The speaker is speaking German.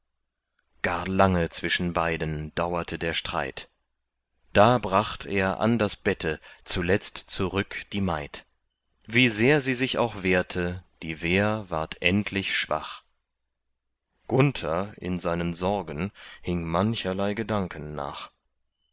gar lange zwischen beiden dauerte der streit da bracht er an das bette zuletzt zurück die maid wie sehr sie sich auch wehrte die wehr ward endlich schwach gunther in seinen sorgen hing mancherlei gedanken nach